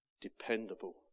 dependable